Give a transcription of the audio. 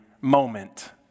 moment